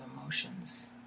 emotions